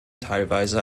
teilweise